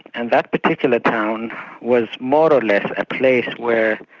and that particular town was more or less a place where,